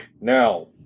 Now